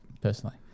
personally